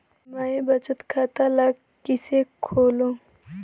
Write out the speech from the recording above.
मैं बचत खाता ल किसे खोलूं?